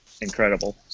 Incredible